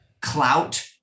clout